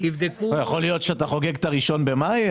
תבדקו --- יכול להיות שאתה חוגג את ה-01 במאי,